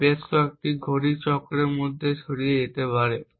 বা বেশ কয়েকটি ঘড়ি চক্রের মধ্যে ছড়িয়ে যেতে পারে